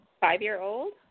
five-year-old